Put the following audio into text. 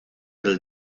del